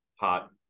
hot